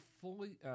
fully